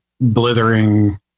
blithering